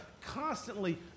constantly